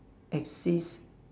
exist